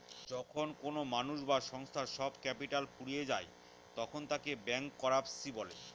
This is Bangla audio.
যখন কোনো মানুষ বা সংস্থার সব ক্যাপিটাল ফুরিয়ে যায় তখন তাকে ব্যাংকরাপসি বলে